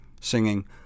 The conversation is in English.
singing